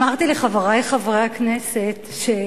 גברתי היושבת-ראש, אמרתי לחברי חברי הכנסת שאנחנו,